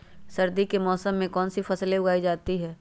सर्दी के मौसम में कौन सी फसल उगाई जाती है?